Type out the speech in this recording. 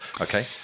Okay